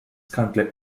currently